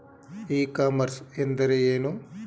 E commerce ಎಂದರೆ ಏನು?